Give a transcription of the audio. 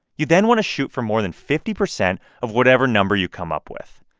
you then want to shoot for more than fifty percent of whatever number you come up with.